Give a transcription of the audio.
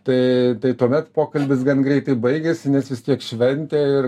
tai tai tuomet pokalbis gan greitai baigiasi nes vis tiek šventė